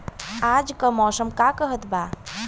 आज क मौसम का कहत बा?